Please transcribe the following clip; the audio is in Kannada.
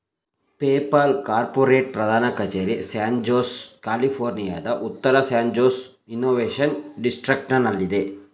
ಪೇಪಾಲ್ ಕಾರ್ಪೋರೇಟ್ ಪ್ರಧಾನ ಕಚೇರಿ ಸ್ಯಾನ್ ಜೋಸ್, ಕ್ಯಾಲಿಫೋರ್ನಿಯಾದ ಉತ್ತರ ಸ್ಯಾನ್ ಜೋಸ್ ಇನ್ನೋವೇಶನ್ ಡಿಸ್ಟ್ರಿಕ್ಟನಲ್ಲಿದೆ